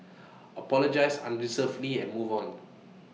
apologise unreservedly and move on